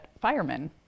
firemen